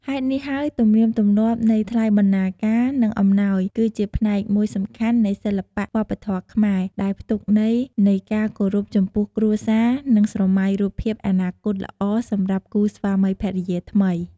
ហេតុនេះហើយទំនៀមទំលាប់នៃថ្លៃបណ្ណាការ និងអំណោយ គឺជាផ្នែកមួយសំខាន់នៃសិល្បៈវប្បធម៌ខ្មែរ ដែលផ្ទុកន័យនៃការគោរពចំពោះគ្រួសារ និងស្រមៃរូបភាពអនាគតល្អសម្រាប់គូស្វាមីភរិយាថ្មី។